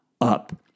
up